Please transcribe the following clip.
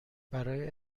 برای